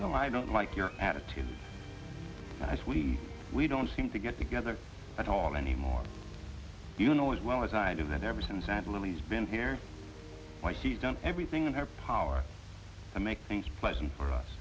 you know i don't like your attitude as we we don't seem to get together at all anymore you know as well as i do that ever since aunt louise been here twice she's done everything in her power to make things pleasant for